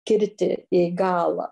kirtį į galą